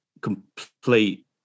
complete